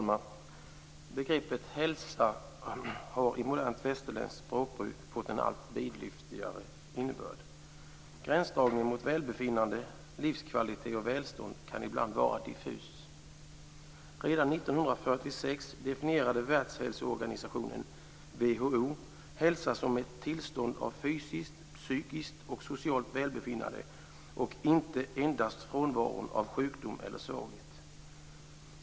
Fru talman! Begreppet hälsa har i modernt västerländskt språkbruk fått en allt vidlyftigare innebörd. Gränsdragningen mot välbefinnande, livskvalitet och välstånd kan ibland vara diffus. Redan 1946 definierade Världshälsoorganisationen, WHO, hälsa som ett tillstånd av fysiskt, psykiskt och socialt välbefinnande, inte endast frånvaron av sjukdom eller svaghet.